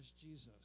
Jesus